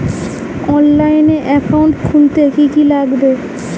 অনলাইনে একাউন্ট খুলতে কি কি লাগবে?